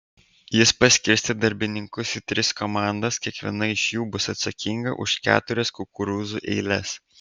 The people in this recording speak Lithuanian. jis paskirstė darbininkus į tris komandas kiekviena iš jų bus atsakinga už keturias kukurūzų eiles